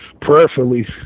prayerfully